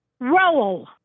Roll